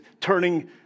turning